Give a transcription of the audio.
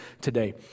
today